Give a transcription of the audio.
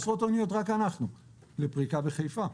רק אנחנו, לפריקה בחיפה.